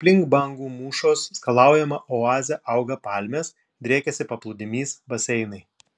aplink bangų mūšos skalaujamą oazę auga palmės driekiasi paplūdimys baseinai